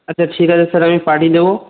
আচ্ছা ঠিক আছে স্যার আমি পাঠিয়ে দেবো